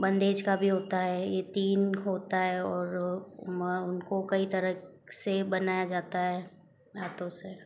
बंधेज का भी होता है यह तीन होता है और उनको कई तरह से बनाया जाता है हाथों से